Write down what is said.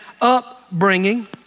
upbringing